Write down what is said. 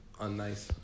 unnice